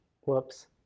Whoops